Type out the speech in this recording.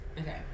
okay